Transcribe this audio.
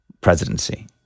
presidency